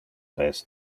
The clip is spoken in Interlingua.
les